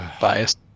Biased